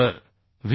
तर व्ही